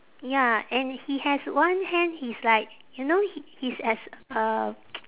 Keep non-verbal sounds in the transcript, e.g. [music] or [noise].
ya and he has one hand he's like you know h~ he's has uh [noise]